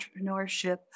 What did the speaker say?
entrepreneurship